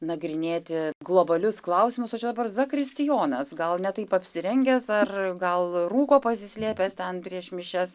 nagrinėti globalius klausimus o čia dabar zakristijonas gal ne taip apsirengęs ar gal rūko pasislėpęs ten prieš mišias